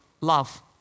Love